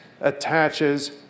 attaches